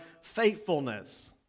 faithfulness